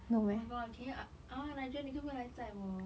my god can you I I want ajun 你可不可以来载我